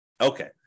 okay